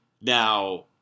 Now